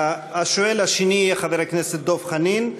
השואל השני יהיה חבר הכנסת דב חנין,